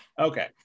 Okay